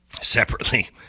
separately